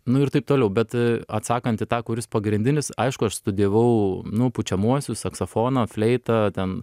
nu ir taip toliau bet atsakant į tą kuris pagrindinis aišku aš studijavau nu pučiamuosius saksofoną fleitą ten